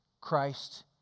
Christ